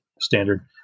standard